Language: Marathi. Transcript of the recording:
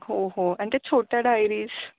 हो हो आणि त्या छोट्या डायरीज